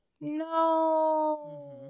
no